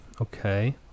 okay